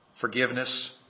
forgiveness